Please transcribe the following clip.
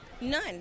None